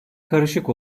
karışık